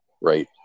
right